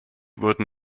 wurden